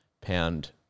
pound